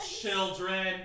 children